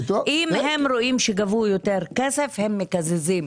אם הם רואים שגבו יותר כסף, הם מקזזים.